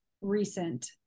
recent